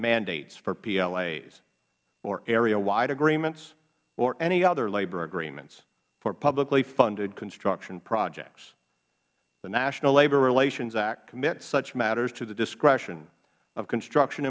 mandates for plas or areawide agreements or any other labor agreements for publicly funded construction projects the national labor relations act commits such matters to the discretion of construction